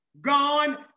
gone